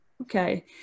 okay